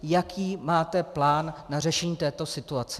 Jaký máte plán na řešení této situace?